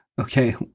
Okay